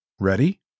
Ready